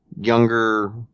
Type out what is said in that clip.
younger